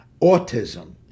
autism